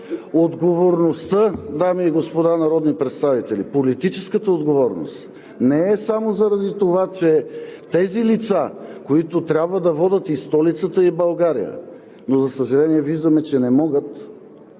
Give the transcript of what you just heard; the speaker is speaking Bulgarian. отговорността, дами и господа народни представители, политическата отговорност не е само заради това, че тези лица, които трябва да водят и столицата, и България, но, за съжаление, виждаме, че не могат,